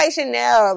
Chanel